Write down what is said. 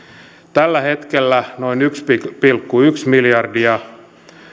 tällä hetkellä noin yksi pilkku yksi miljardia